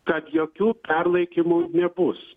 kad jokių perlaikymų nebus